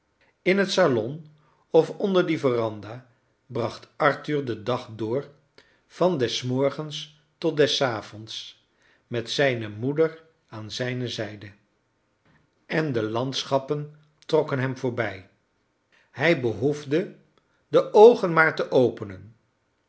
in het salon of onder die veranda bracht arthur den dag door van des morgens tot des avonds met zijne moeder aan zijne zijde en de landschappen trokken hem voorbij hij behoefde de oogen maar te openen